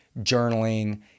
journaling